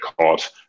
caught